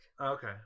Okay